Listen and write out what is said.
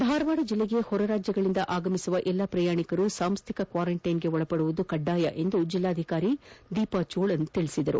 ಧಾರವಾದ ಜಿಲ್ಲೆಗೆ ಹೊರರಾಜ್ಯಗಳಿಂದ ರಾಜ್ಯಕ್ಕೆ ಆಗಮಿಸುವ ಎಲ್ಲಾ ಪ್ರಯಾಣಿಕರು ಸಾಂಸ್ವಿಕ ಕ್ವಾರಂಟೈನ್ಗೆ ಒಳಪಡುವುದು ಕಡ್ಡಾಯವಾಗಿದೆ ಎಂದು ಜಿಲ್ಲಾಧಿಕಾರಿ ದೀಪಾ ಚೋಳನ್ ತಿಳಿಸಿದ್ದಾರೆ